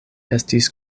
estis